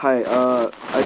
hi uh